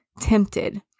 tempted